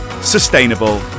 sustainable